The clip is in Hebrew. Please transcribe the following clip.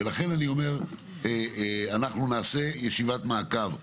אנחנו נעשה ישיבת מעקב.